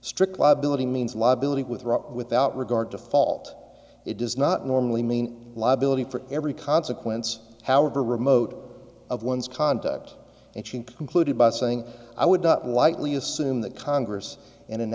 strict liability means law billeted with without regard to fault it does not normally mean liability for every consequence however remote of one's conduct and she concluded by saying i would up lightly assume that congress and